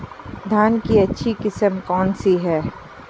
धान की अच्छी किस्म कौन सी है?